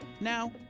now